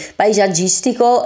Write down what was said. paesaggistico